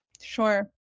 Sure